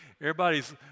everybody's